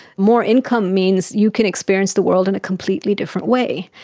more income means you can experience the world in a completely different way.